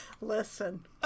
listen